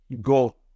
go